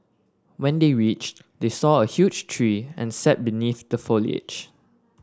when they reached they saw a huge tree and sat beneath the foliage